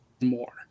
more